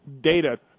data